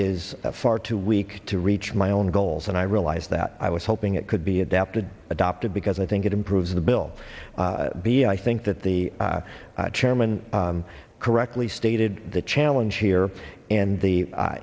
is far too weak to reach my own goals and i realize that i was hoping it could be adapted adopted because i think it improves the bill b i think that the chairman correctly stated the challenge here and the